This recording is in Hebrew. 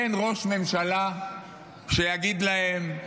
אין ראש ממשלה שיגיד להם: